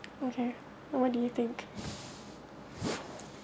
okay what do you think